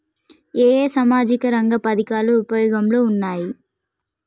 ఏ ఏ సామాజిక రంగ పథకాలు ఉపయోగంలో ఉన్నాయి?